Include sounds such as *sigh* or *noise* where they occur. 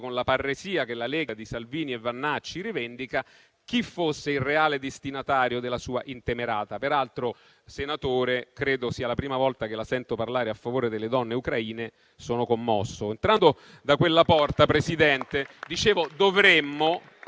con la parresia che la Lega di Salvini e Vannacci rivendicano, chi fosse il reale destinatario della sua intemerata. Peraltro, senatore, credo sia la prima volta che la sento parlare a favore delle donne ucraine. Sono commosso. *applause* Entrando da quella porta, Presidente, dicevo che dovremmo